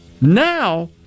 now